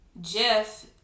Jeff